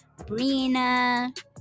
Brina